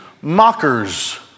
mockers